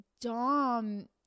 Dom